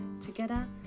Together